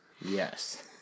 Yes